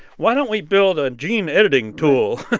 why don't we build a and gene-editing tool?